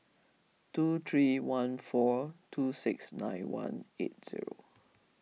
two three one four two six nine one eight zero